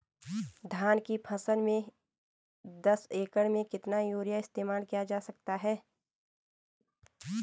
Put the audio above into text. धान की फसल में दस एकड़ में कितना यूरिया इस्तेमाल किया जा सकता है?